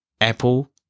Apple